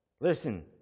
Listen